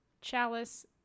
chalice